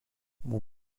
mon